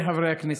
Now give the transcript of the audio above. חבריי חברי הכנסת,